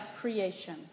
creation